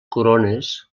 corones